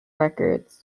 records